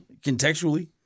contextually